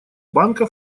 банка